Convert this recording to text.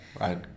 right